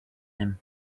him